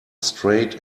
straight